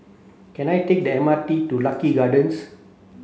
can I take the M R T to Lucky Gardens